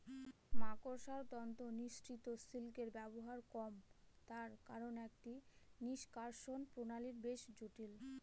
মাকড়সার তন্তু নিঃসৃত সিল্কের ব্যবহার কম তার কারন এটি নিঃষ্কাষণ প্রণালী বেশ জটিল